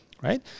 Right